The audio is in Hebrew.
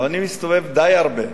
אני מסתובב די הרבה,